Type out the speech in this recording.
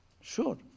sure